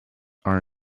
are